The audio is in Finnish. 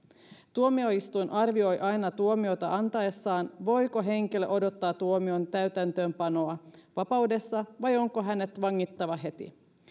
tuomioistuin arvioi aina tuomiota antaessaan voiko henkilö odottaa tuomion täytäntöönpanoa vapaudessa vai onko hänet vangittava heti